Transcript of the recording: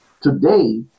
Today